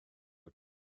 wyt